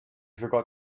forgot